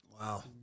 Wow